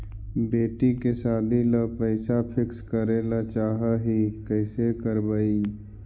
बेटि के सादी ल पैसा फिक्स करे ल चाह ही कैसे करबइ?